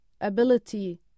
ability